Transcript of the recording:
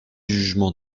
jugement